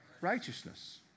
Righteousness